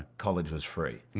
college was free.